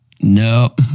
No